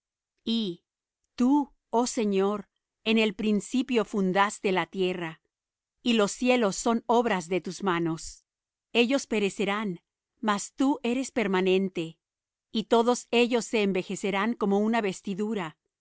y tú oh señor en el principio fundaste la tierra y los cielos son obras de tus manos ellos perecerán mas tú eres permanente y todos ellos se envejecerán como una vestidura